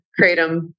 Kratom